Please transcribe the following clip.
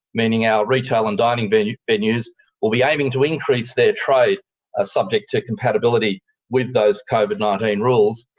meaning our retail and dining venues venues will be aiming to increase their trade ah subject to compatibility with those covid nineteen rules.